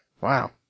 Wow